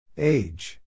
Age